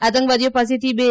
આતંકવાદીઓ પાસેથી બે એ